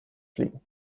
fliegen